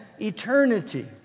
eternity